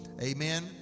Amen